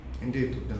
Indeed